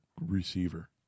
receiver